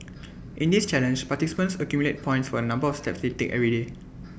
in this challenge participants accumulate points for the number of steps they take every day